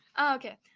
Okay